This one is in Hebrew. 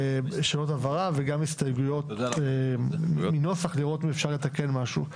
שאלות הבהרה וגם הסתייגויות נוסח ונראה אם אפשר לתקן משהו.